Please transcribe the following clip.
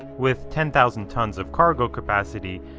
with ten thousand tons of cargo capacity,